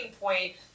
point